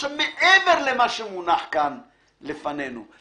יש עבירות שבהן אין שיקול דעת בכלל.